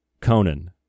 Conan